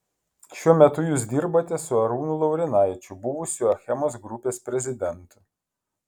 šiuo metu jūs dirbate su arūnu laurinaičiu buvusiu achemos grupės prezidentu